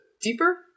deeper